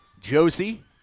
Josie